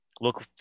Look